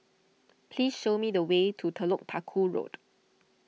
please show me the way to Telok Paku Road